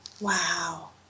Wow